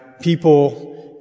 people